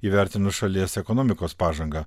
įvertinus šalies ekonomikos pažangą